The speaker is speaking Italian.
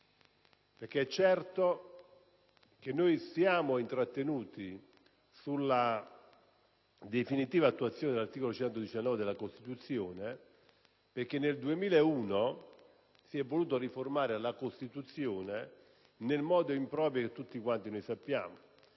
È certo che ci siamo intrattenuti sulla definitiva attuazione dell'articolo 119 della Costituzione, perché nel 2001 si è voluto riformare la Costituzione nel modo improprio che tutti quanti noi sappiamo.